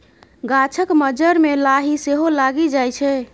गाछक मज्जर मे लाही सेहो लागि जाइ छै